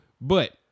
But-